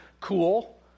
cool